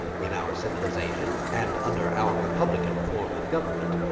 in our civilization, and under our republican form of government,